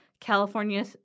California